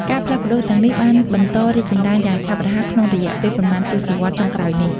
ការផ្លាស់ប្តូរទាំងនេះបានបន្តរីកចម្រើនយ៉ាងឆាប់រហ័សក្នុងរយៈពេលប៉ុន្មានទសវត្សរ៍ចុងក្រោយនេះ។